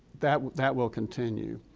that that will continue.